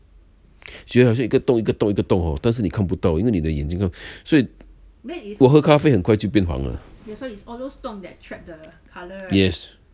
觉得好像一个洞一个洞一个洞 hor 但是你眼睛看不到因为你的眼睛 g~ 所以我喝咖啡很快便黄的 yes